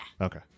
Okay